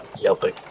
yelping